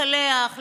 לקלח,